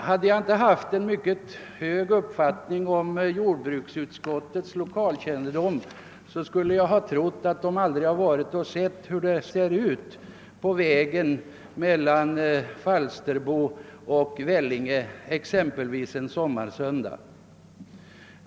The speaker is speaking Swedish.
Hade jag inte haft en mycket hög uppfattning om jordbruksutskottets lokalkännedom, skulle jag ha trott att ledamöterna inte vet hur det ser ut på vägen mellan Falsterbo och Vellinge exempelvis en sommarsöndag.